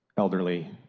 elderly,